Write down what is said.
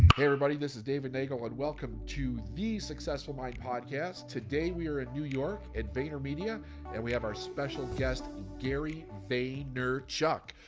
everybody, this is david neagle and welcome to the successful mind podcast. today, we are in new york at vaynermedia and we have our special guest gary vaynerchuk.